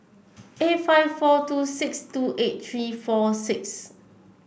eight five four two six two eight three four six